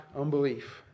unbelief